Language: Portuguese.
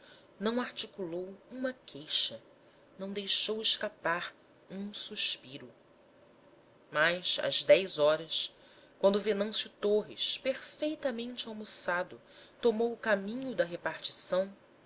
não articulou uma queixa não deixou escapar um suspiro mas às dez horas quando venâncio torres perfeitamente almoçado tomou o caminho da repartição